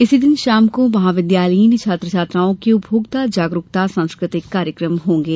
इसी दिन शाम को महाविद्यालयीन छात्र छात्राओं के उपभोक्ता जागरूकता सांस्कृतिक कार्यक्रम होंगे